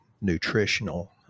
nutritional